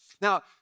Now